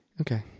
Okay